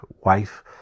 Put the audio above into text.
wife